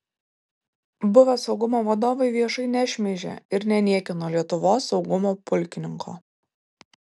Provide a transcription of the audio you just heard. buvę saugumo vadovai viešai nešmeižė ir neniekino lietuvos saugumo pulkininko